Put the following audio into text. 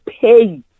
pay